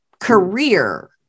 career